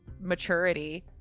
maturity